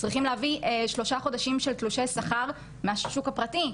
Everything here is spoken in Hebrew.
צריכים להביא שלושה חודשים של תלושי שכר מהשוק הפרטי,